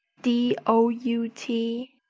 d o u t,